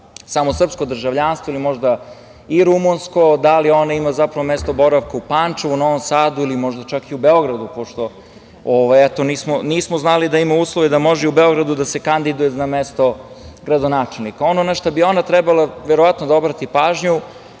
samo srpsko državljanstvo ili možda i rumunsko? Da li ona ima mesto boravka u Pančevu, Novom Sadu ili možda čak i u Beogradu, pošto, eto, nismo znali da ima uslove, da može i u Beogradu da se kandiduje za mesto gradonačelnika. Ono na šta bi ona trebalo verovatno da obrati pažnju,